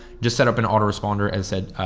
just set up an autoresponder and said, ah,